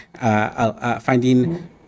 finding